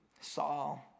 Saul